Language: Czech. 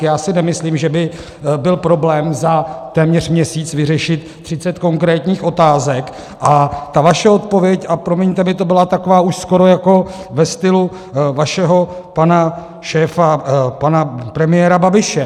Já si nemyslím, že by byl problém za téměř měsíc vyřešit třicet konkrétních otázek, a ta vaše odpověď, a promiňte mi to, byla taková už skoro jako ve stylu vašeho pana šéfa pana premiéra Babiše.